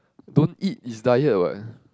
don't eat is diet what